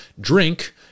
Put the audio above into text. Drink